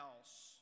else